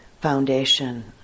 foundation